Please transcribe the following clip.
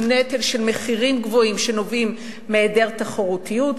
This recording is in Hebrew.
הוא נטל של מחירים גבוהים שנובעים מהיעדר תחרותיות,